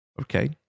Okay